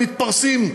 מתפרסים,